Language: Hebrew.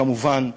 כמובן,